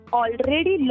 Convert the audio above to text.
already